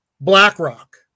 Blackrock